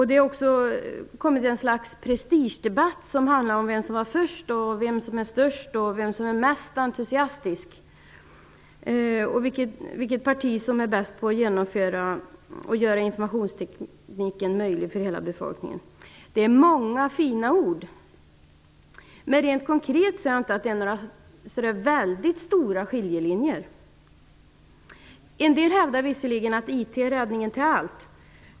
Det har också uppstått ett slags prestigedebatt om vem som var först, vem som är störst, vem som är mest entusiastisk och vilket parti som är bäst på att göra informationstekniken tillgänglig för hela befolkningen. Det är många fina ord, men rent konkret ser jag inte några stora skiljelinjer. En del hävdar visserligen att IT är lösningen på allt.